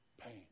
pain